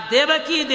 Devaki